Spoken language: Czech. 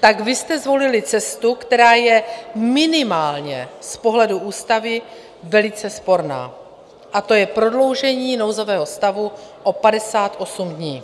tak jste zvolili cestu, která je minimálně z pohledu ústavy velice sporná, a to je prodloužení nouzového stavu o 58 dní.